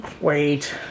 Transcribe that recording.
Wait